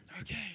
Okay